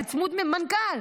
זה צמוד מנכ"ל.